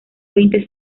veinte